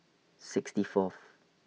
sixty Fourth